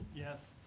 yes.